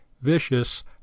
vicious